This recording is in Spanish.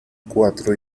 cuatro